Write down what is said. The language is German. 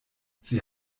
sie